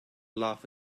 laugh